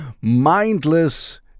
Mindless